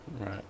Right